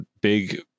big